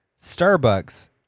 Starbucks